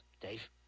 Dave